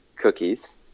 Cookies